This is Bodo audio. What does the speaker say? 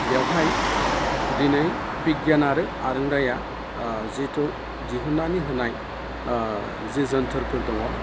बेवहाय दिनै बिगियान आरो आरोंदाया जिहेथु दिहुननानै होनाय जि जोनथोरफोर दङ